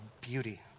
beauty